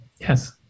yes